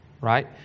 right